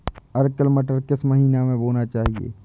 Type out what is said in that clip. Arkel मटर किस महीना में बोना चाहिए?